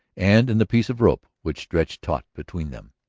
and in the piece of rope which stretched taut between them.